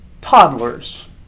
toddlers